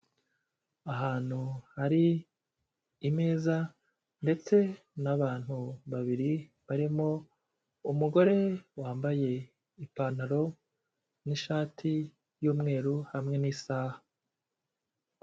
Ahantu hari imeza ndetse n'abantu babiri, barimo umugore wambaye ipantaro n'ishati y'umweru hamwe n'isaha.